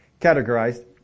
categorized